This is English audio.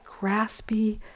graspy